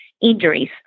injuries